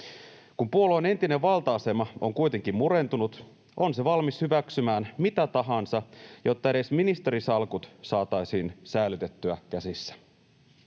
Kun puolueen entinen valta-asema on kuitenkin murentunut, on se valmis hyväksymään mitä tahansa, jotta edes ministerisalkut saataisiin säilytettyä käsissä.